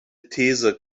these